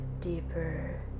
deeper